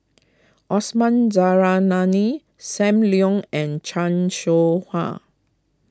Osman Zairalani Sam Leong and Chan Soh Ha